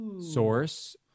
source